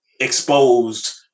exposed